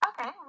Okay